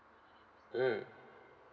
mm